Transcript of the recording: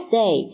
day